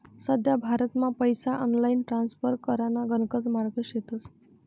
सध्या भारतमा पैसा ऑनलाईन ट्रान्स्फर कराना गणकच मार्गे शेतस